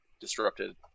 disrupted